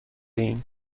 ایم